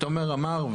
תומר אמר,